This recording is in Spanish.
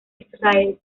israel